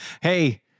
Hey